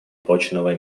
прочного